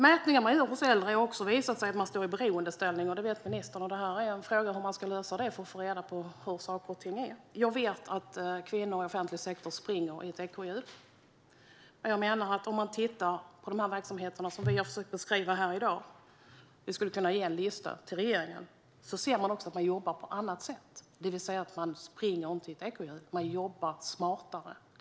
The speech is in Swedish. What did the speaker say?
Mätningar man gör hos äldre har visat att de står i beroendeställning, vilket ministern också vet. Frågan är hur man ska lösa det här för att få reda på hur saker och ting faktiskt ligger till. Jag vet att kvinnor i offentlig sektor springer som i ett ekorrhjul. För de verksamheter som vi har försökt att beskriva här i dag skulle vi kunna ge en lista till regeringen med förslag på hur man kan jobba på andra sätt. Man behöver inte springa runt i ett ekorrhjul utan kan jobba på ett smartare sätt.